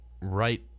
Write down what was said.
right